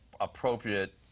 appropriate